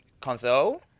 Console